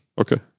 Okay